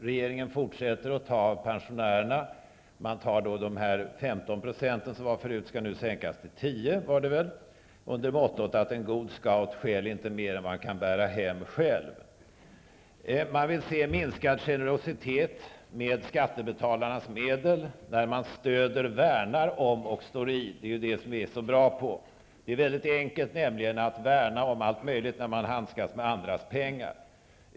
Regeringen fortsätter att ta av pensionärerna. De 15 % som man tog förut skall nu sänkas till 10 % under mottot: En god scout stjäl inte mer än vad han kan bära hem själv. Man vill se minskad generositet med skattebetalarnas medel när man stöder, värnar om och står i. Det är ju detta som vi är så bra på. Det är ju mycket enkelt att värna om allt möjligt när man handskas med andras pengar.